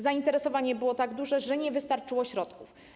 Zainteresowanie było tak duże, że nie wystarczyło środków.